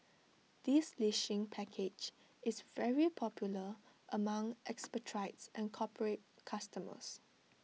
this leasing package is very popular among expatriates and corporate customers